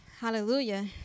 Hallelujah